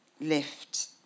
lift